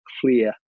clear